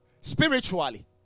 Spiritually